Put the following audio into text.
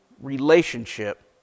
relationship